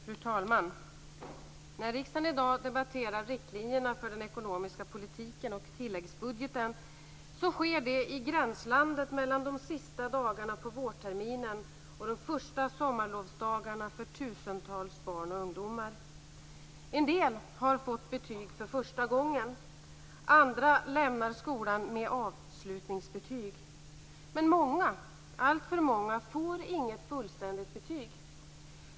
Fru talman! När riksdagen i dag debatterar riktlinjerna för den ekonomiska politiken och tilläggsbudgeten sker det i gränslandet mellan de sista dagarna på vårterminen och de första sommarlovsdagarna för tusentals barn och ungdomar. En del har fått betyg för första gången. Andra lämnar skolan med avslutningsbetyg. Men många - alltför många - får inget fullständigt betyg.